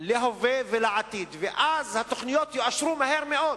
להווה ולעתיד, ואז התוכניות יאושרו מהר מאוד.